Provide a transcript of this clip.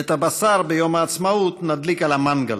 את הבשר ביום העצמאות נדליק על ה"מנגל".